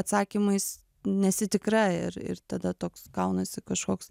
atsakymais nesi tikra ir ir tada toks gaunasi kažkoks